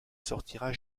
sortira